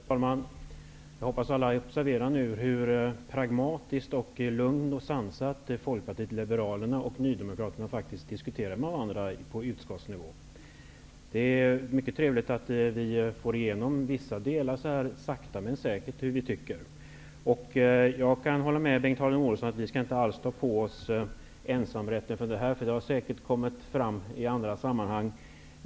Herr talman! Jag hoppas alla observerat hur pragmatiskt, lugnt och sansat folkpartister och nydemokraterna faktiskt diskuterar med varandra på utskottsnivå. Det är mycket trevligt att vi får igenom vissa delar i våra förslag. Jag håller med Bengt Harding Olson att Ny demokrati inte alls skall tillerkännas ensamrätten till det här förslaget. Det har säkert lagts fram i andra sammanhang.